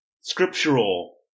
scriptural